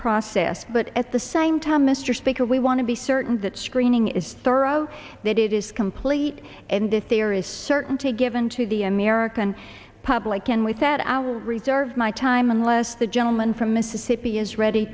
process but at the same time mr speaker we want to be certain that screening is thorough that it is complete and if there is certain to given to the american public can we set our reserve my time unless the gentleman from mississippi is ready